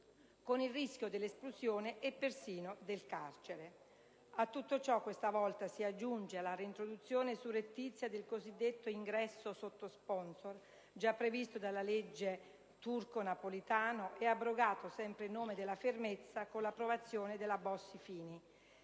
con il rischio dell'espulsione e persino del carcere. A tutto ciò, questa volta si aggiunge la reintroduzione surrettizia del cosiddetto ingresso sotto sponsor, già previsto dalla legge Turco-Napolitano e abrogato, sempre in nome della fermezza, con l'approvazione della Bossi-Fini.